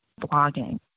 blogging